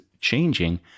changing